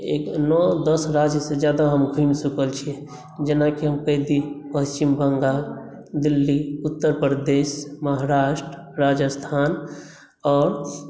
दस राज्यसे जादा हम घुमि चुकल छी जेनाकि हम कहि दी पश्चिम बंगाल दिल्ली उत्तर प्रदेश महाराष्ट्र राजस्थान आओर